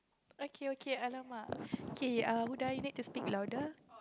okay okay !alamak! K err Huda you need to speak louder